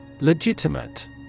Legitimate